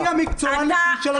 מי המקצוען של השב"כ?